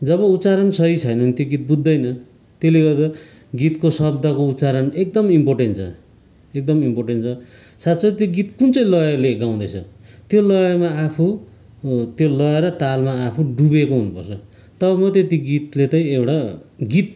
जब उच्चारण सही छैन भने त्यो गीत बुझ्दैन त्यसले गर्दा गीतको शब्दको उच्चारण एकदम इम्पोर्टेन छ एकदम इम्पोर्टेन छ साथसाथै त्यो गीत कुन चाहिँ लयले गाउँदैछ त्यो लयमा आफू र त्यो लय र तालमा आफू डुबेको हुनुपर्छ तब मात्रै त्यो गीतले चाहिँ एउटा गीत